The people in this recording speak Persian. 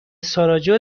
ساراجوو